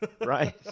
Right